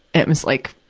it was, like,